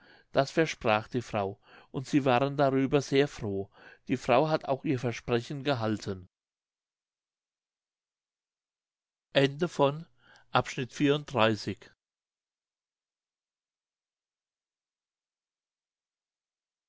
das versprach die frau und sie waren darüber sehr froh die frau hat auch ihr versprechen gehalten